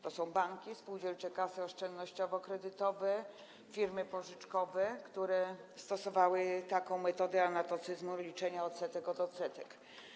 To są banki spółdzielcze, kasy oszczędnościowo-kredytowe, firmy pożyczkowe, które stosowały taką metodę anatocyzmu, liczenia odsetek od odsetek.